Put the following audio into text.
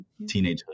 teenagehood